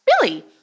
Billy